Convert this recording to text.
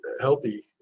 healthy